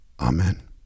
Amen